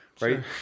right